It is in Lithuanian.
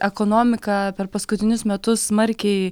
ekonomika per paskutinius metus smarkiai